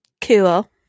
Cool